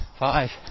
Five